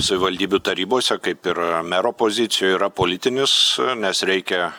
savivaldybių tarybose kaip ir mero pozicijoj yra politinis nes reikia